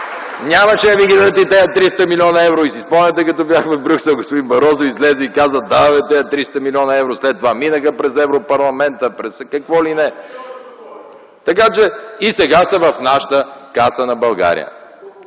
Нямаше да ги дадат и тези 300 млн. евро и си спомняте като бях в Брюксел, господин Барозу излезе и каза: „Даваме тези 300 млн. евро.”, след това минаха през Европарламента, през какво ли не, така че и сега са в нашата каса – на България.